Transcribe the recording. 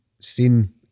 seen